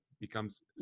becomes